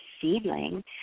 seedling